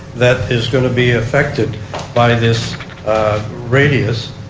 that is going to be affected by this radius.